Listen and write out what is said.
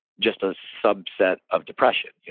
just a subset of depression,